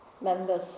members